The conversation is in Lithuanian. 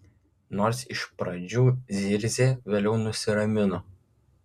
nors iš pradžių zirzė vėliau nusiramino